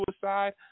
suicide